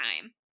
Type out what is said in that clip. time